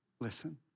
listen